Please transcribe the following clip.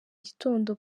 gitondo